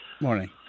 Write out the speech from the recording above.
morning